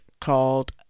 called